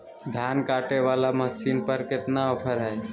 धान कटे बाला मसीन पर कतना ऑफर हाय?